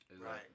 Right